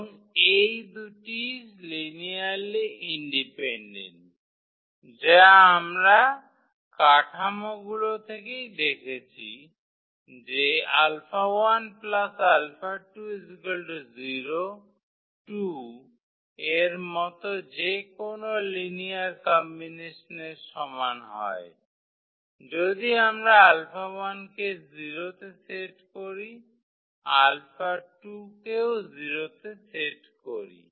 এবং এই দুটি লিনিয়ারলি ইন্ডিপেন্ডেন্ট যা আমরা কাঠামোগুলি থেকেই দেখছি α1 𝛼2 0 2 এর মতো যে কোনও লিনিয়ার কম্বিনেসনের সমান হয় যদি আমরা 𝛼1 কে 0 তে সেট করি 𝛼2 কেও 0 তে সেট করি